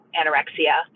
anorexia